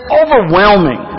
overwhelming